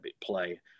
play –